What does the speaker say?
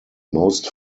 most